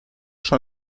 schon